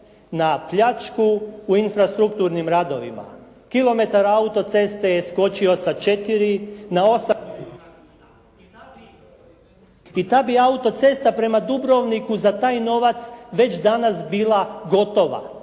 na pljačku u infrastrukturnim radovima. Kilometar autoceste je skočio sa 4 na 8 milijuna kuna i ta bi autocesta prema Dubrovniku za taj novac već danas bila gotova